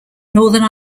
northern